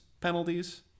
penalties